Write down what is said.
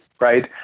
right